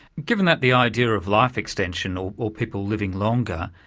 given that the idea of life extension, or or people living longer,